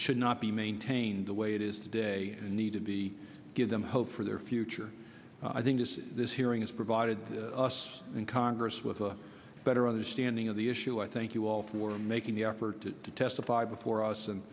should not be maintained the way it is today and need to be give them hope for their future i think this is this hearing has provided us in congress with a better understanding of the issue i thank you all for making the effort to testify before us and